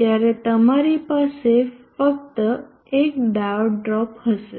ત્યારે તમારી પાસે ફક્ત એક ડાયોડ ડ્રોપ હશે